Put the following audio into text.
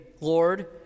Lord